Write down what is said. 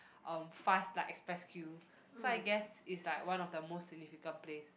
um fast like express queue so I guess it's like one of the most significant place